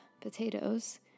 potatoes